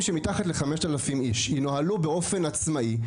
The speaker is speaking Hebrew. שמתחת ל-5,000 איש ינוהלו באופן עצמאי,